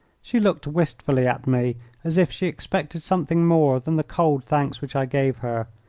she looked wistfully at me as if she expected something more than the cold thanks which i gave her,